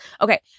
Okay